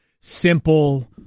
simple